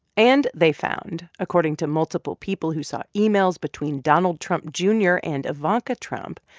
and they found, according to multiple people who saw emails between donald trump jr. and ivanka trump,